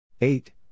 Eight